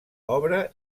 obra